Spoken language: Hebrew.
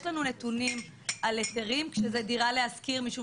יש לנו נתונים על היתרים כשזה דירה להשכיר משום